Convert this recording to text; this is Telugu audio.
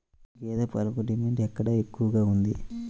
గేదె పాలకు డిమాండ్ ఎక్కడ ఎక్కువగా ఉంది?